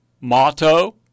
motto